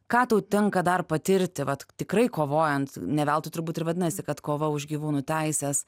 ką tau tenka dar patirti vat tikrai kovojant ne veltui turbūt ir vadinasi kad kova už gyvūnų teises